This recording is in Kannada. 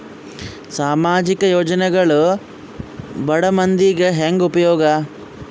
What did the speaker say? ಸಾಮಾಜಿಕ ಯೋಜನೆಗಳು ಬಡ ಮಂದಿಗೆ ಹೆಂಗ್ ಉಪಯೋಗ?